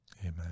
Amen